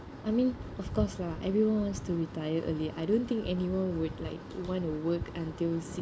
I mean of course lah everyone wants to retire early I don't think anyone would like want to work until